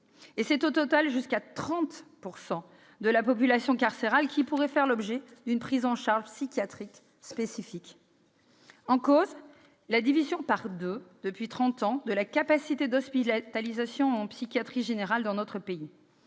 C'est au total jusqu'à 30 % de la population carcérale qui pourrait faire l'objet d'une prise en charge psychiatrique spécifique. En cause : la division par deux depuis trente ans de la capacité d'hospitalisation en psychiatrie générale dans notre pays.